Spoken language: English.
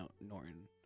Norton